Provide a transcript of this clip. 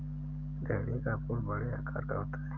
dahlia का फूल बड़े आकार का होता है